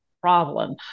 problem